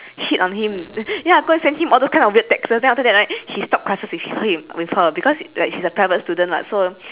hit on him ya go and send him all those kind of weird texts then after that right he stop crushes with him with her because like she's a private student [what] so